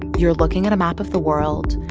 you're looking at a map of the world.